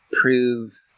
prove